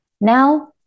Now